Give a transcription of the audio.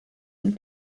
and